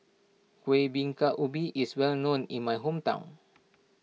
Kuih Bingka Ubi is well known in my hometown